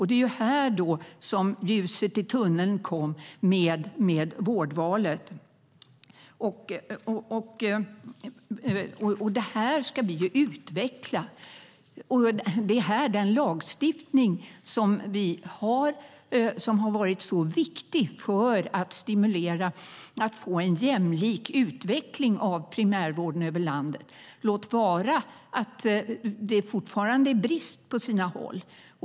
Det är här som ljuset i tunneln kom med vårdvalet. Detta ska vi utveckla. Den lagstiftning som vi har har varit viktig för att stimulera för att få en jämlik utveckling av primärvården över landet, låt vara att det fortfarande är brister på sina håll.